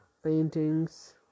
Paintings